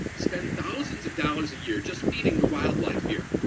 spend thousands of dollars a year just feeding the wildlife here.